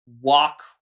walk